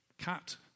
Cat